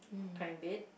cry in bed